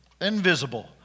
invisible